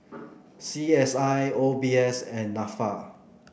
C S I O B S and NAFA